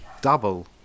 double